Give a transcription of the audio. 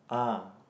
ah